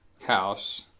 house